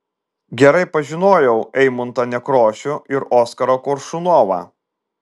gerai pažinojau eimuntą nekrošių ir oskarą koršunovą